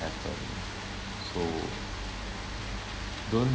happen so don't